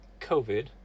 COVID